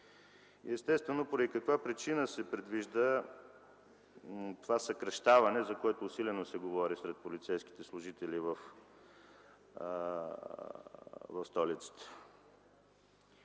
функции? Поради каква причина се предвижда това съкращаване, за което усилено се говори сред полицейските служители в столицата?